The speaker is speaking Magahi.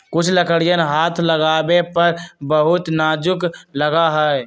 कुछ लकड़ियन हाथ लगावे पर बहुत नाजुक लगा हई